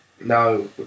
No